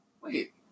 wait